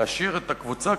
להשאיר את הקבוצה,